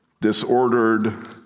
disordered